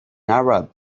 arab